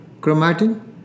chromatin